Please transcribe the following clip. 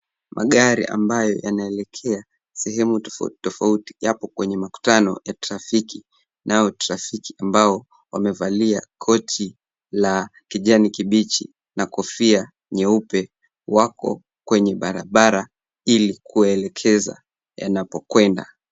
Magari ambayo yanaelekea sehemu tofauti tofauti yapo kwenye makutano ya trafiki nao trafiki ambao wamevalia koti la kijani kibichi na kofia nyeupe wako kwenye barabara ili kuwaelekeza yanapokwenda.